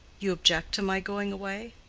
you object to my going away?